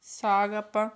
ਸਾਗ ਆਪਾਂ